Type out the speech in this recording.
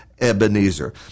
Ebenezer